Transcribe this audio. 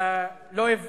אתה לא אוהב